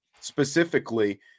Specifically